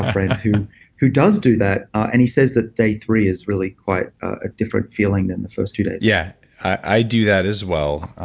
ah friend who who does do that. and he says that day three is really quite a different feeling than the first two days yeah. i do that as well.